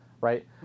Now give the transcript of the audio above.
right